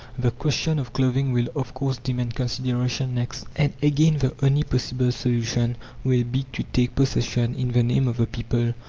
the question of clothing will of course demand consideration next, and again the only possible solution will be to take possession, in the name of the people,